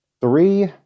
three